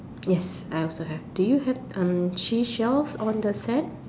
yes I also have do you have um seashells on the sand